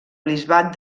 bisbat